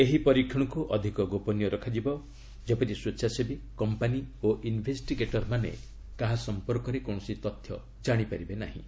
ଏହି ପରୀକ୍ଷଣକୁ ଅଧିକ ଗୋପନୀୟ ରଖାଯିବ ଯେପରି ସ୍ୱେଚ୍ଛାସେବୀ କମ୍ପାନୀ ଓ ଇନ୍ଭେଷ୍ଟିଗ୍ରେଟରମାନେ କାହା ସମ୍ପର୍କରେ କୌଣସି ତଥ୍ୟ କାଶିପାରିବେ ନାହିଁ